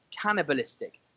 cannibalistic